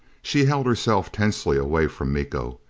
she held herself tensely away from miko.